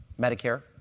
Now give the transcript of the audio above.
Medicare